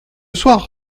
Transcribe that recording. soir